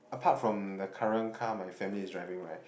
apart from the current car my family is driving right